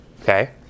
okay